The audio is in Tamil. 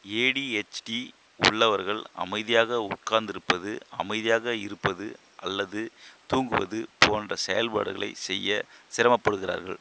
எடிஹெச்டி உள்ளவர்கள் அமைதியாக உட்கார்ந்திருப்பது அமைதியாக இருப்பது அல்லது தூங்குவது போன்ற செயல்பாடுகளை செய்ய சிரமப்படுகிறார்கள்